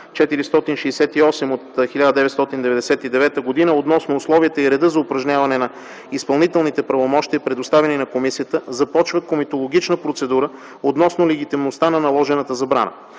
468 от 1999 г. относно условията и реда за упражняване на изпълнителните правомощия, предоставени на Комисията, започва комитологична процедура относно легитимността на наложената забрана.